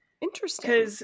Interesting